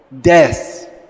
death